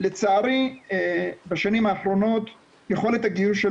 לצערי בשנים האחרונות יכולת הגיוס של